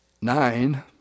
nine